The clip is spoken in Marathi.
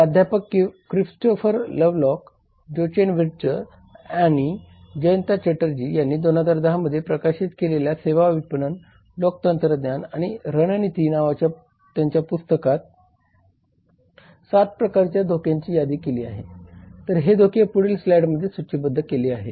प्राध्यापक क्रिस्टोफर लवलॉक जोचेन विर्ट्झ आणि जयंता चॅटर्जी यांनी 2010 मध्ये प्रकाशित केलेल्या सेवा विपणन लोक तंत्रज्ञान आणि रणनीती नावाच्या त्यांच्या पुस्तकात 7 प्रकारच्या धोक्यांची यादी केली आहे तर हे धोके पुढील स्लाइडमध्ये सूचीबद्ध केले आहेत